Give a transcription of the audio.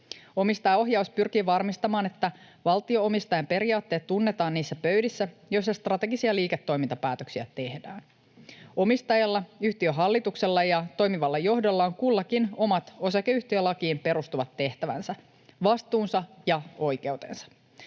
Omistajaohjaus pyrkii varmistamaan, että valtio-omistajan periaatteet tunnetaan niissä pöydissä, joissa strategisia liiketoimintapäätöksiä tehdään. Omistajalla, yhtiön hallituksella ja toimivalla johdolla on kullakin omat osakeyhtiölakiin perustuvat tehtävänsä, vastuunsa ja oikeutensa.